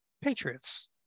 Patriots